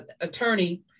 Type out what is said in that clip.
attorney